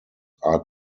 are